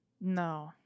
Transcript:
No